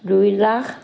দুই লাখ